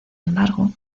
embargo